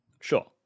Sure